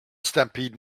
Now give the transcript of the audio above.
stampede